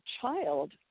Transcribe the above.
child